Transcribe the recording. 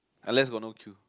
unless got no queue